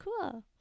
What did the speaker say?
cool